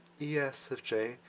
ESFJ